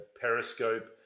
Periscope